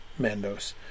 Mandos